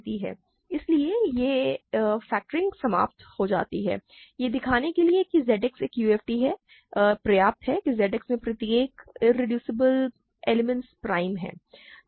इसलिए यह इसलिए फैक्टरिंग समाप्त हो जाती है यह दिखाने के लिए कि Z X एक UFD है यह दिखाने के लिए पर्याप्त है कि Z X में प्रत्येक इरेड्यूसिबल तत्व प्राइम है ठीक है